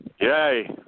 Yay